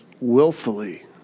willfully